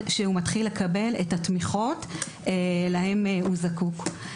שהוא מתחיל לקבל את התמיכות להן הוא זקוק.